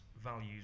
values